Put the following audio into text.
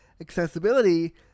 accessibility